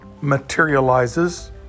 materializes